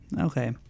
Okay